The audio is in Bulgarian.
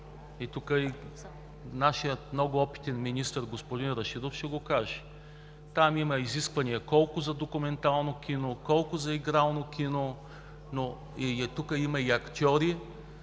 И нашият много опитен министър – господин Рашидов, ще го каже. Там има изисквания колко за документално кино, колко за игрално кино. Тук има и актьори,